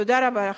תודה רבה לכם.